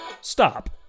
stop